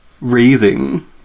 raising